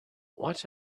what